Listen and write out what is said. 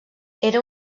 era